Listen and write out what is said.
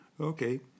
Okay